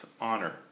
honor